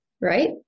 Right